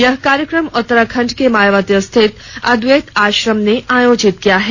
यह कार्यक्रम उत्तराखंड के मायावती स्थित अद्वैत आश्रम ने आयोजित किया है